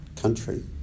country